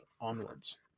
onwards